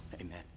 amen